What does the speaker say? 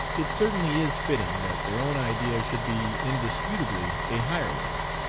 it certainly is fitting that their own idea should be indisputably a higher one.